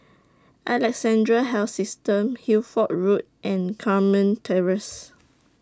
Alexandra Health System Hertford Road and Carmen Terrace